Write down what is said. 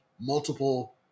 multiple